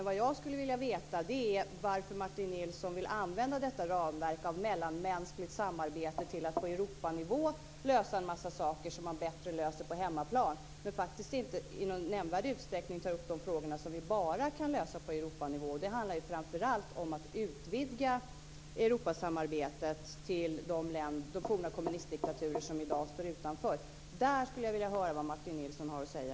Vad jag skulle vilja veta är varför Martin Nilsson vill använda detta ramverk av mellanmänskligt samarbete till att på Europanivå lösa en massa saker som man bättre löser på hemmaplan men faktiskt inte i någon nämnvärd utsträckning tar upp de frågor som vi bara kan lösa på Europanivå. Det handlar framför allt om att utvidga Europasamarbetet till de forna kommunistdiktaturer som i dag står utanför. Där skulle jag vilja höra vad Martin Nilsson har att säga.